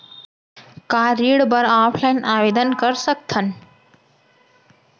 का ऋण बर ऑफलाइन आवेदन कर सकथन?